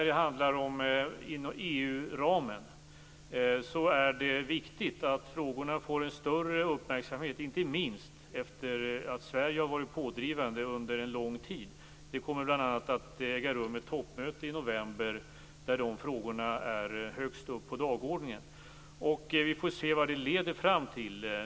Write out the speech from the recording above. Det är viktigt att dessa frågor får större uppmärksamhet inom EU-ramen, inte minst efter att Sverige varit pådrivande under lång tid. Ett toppmöte kommer t.ex. att äga rum i november där dessa frågor står högst på dagordningen. Vi får se vad det leder fram till.